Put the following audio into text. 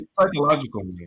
psychological